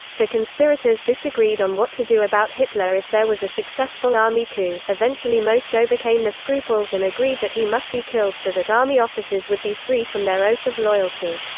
the conspirators disagreed on what to do about hitler if there was a successful army coup eventually most overcame their scruples and agreed that he must be killed so that army officers would be free from their oath of loyalty.